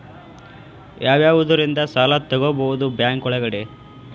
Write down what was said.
ಯಾವ್ಯಾವುದರಿಂದ ಸಾಲ ತಗೋಬಹುದು ಬ್ಯಾಂಕ್ ಒಳಗಡೆ?